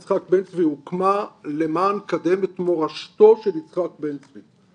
יד יצחק בן צבי הוקמה למען קדם את מורשתו של יצחק בן צבי.